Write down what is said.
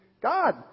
God